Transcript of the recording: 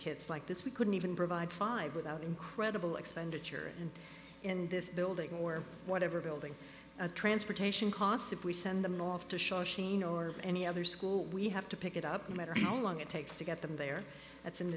kids like this we couldn't even provide five without incredible expenditure and in this building or whatever building a transportation costs if we send them off to show sheen or any other school we have to pick it up no matter how long it takes to get them there that's an